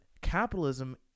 capitalism